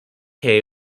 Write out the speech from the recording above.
hay